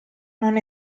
non